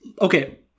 okay